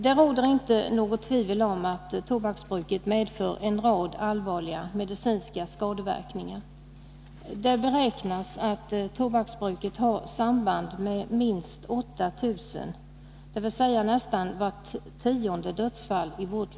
Det råder inte något tvivel om att tobaksbruket medför en rad allvarliga medicinska skadeverkningar. Enligt beräkningar har tobaksbruket samband med minst 8 000 dödsfall i vårt land, dvs. nästan vart tionde dödsfall.